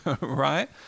right